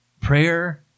prayer